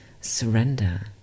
surrender